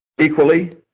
equally